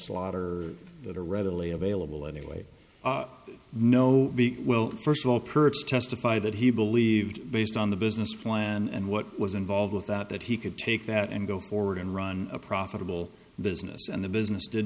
slaughter that are readily available anyway no we well first of all purchase testified that he believed based on the business plan and what was involved with that that he could take that and go forward and run a profitable business and the business did